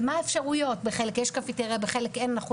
הוא